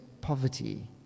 poverty